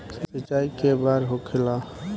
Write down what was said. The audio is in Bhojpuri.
सिंचाई के बार होखेला?